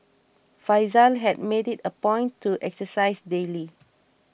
Faizal had made it a point to exercise daily